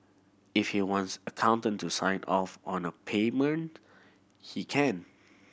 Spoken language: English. if he wants accountant to sign off on a payment he can